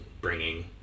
bringing